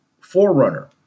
forerunner